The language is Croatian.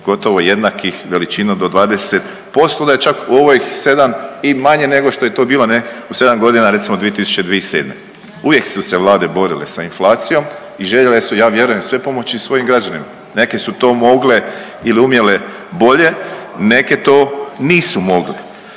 gotovo jednakih veličina do 20%, da je čak u ovih 7 i manje nego što je to bilo ne u 7.g. recimo 2000.-2007.. Uvijek su se Vlade borile sa inflacijom i željele su ja vjerujem sve pomoći svojim građanima, neke su to mogle ili umjele bolje, neke to nisu mogle,